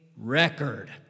Record